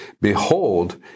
Behold